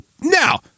now